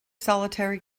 solitary